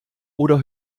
oder